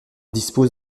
dispose